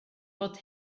fod